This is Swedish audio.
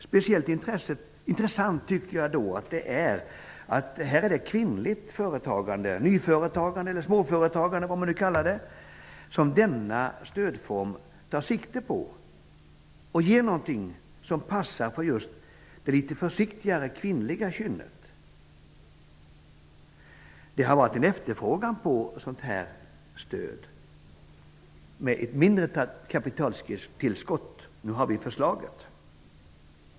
Speciellt intressant är det att denna stödform tar sikte på kvinnligt företagande -- nyföretagande eller småföretagande. Denna stödform ger någonting som passar för just det litet försiktigare kvinnliga kynnet. Det har funnits en efterfrågan på ett sådant stöd. Med ett mindre kapitaltillskott har vi nu ett förslag till detta.